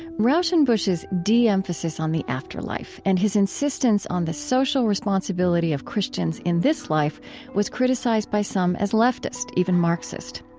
rauschenbusch's de-emphasis on the afterlife and his insistence on the social responsibility of christians in this life was criticized by some as leftist, even marxist.